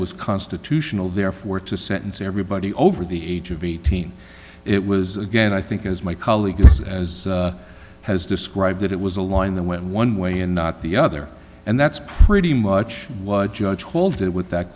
was constitutional therefore to sentence everybody over the age of eighteen it was again i think as my colleague as has described it it was a line that went one way and not the other and that's pretty much what judge